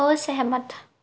ਅਸਹਿਮਤ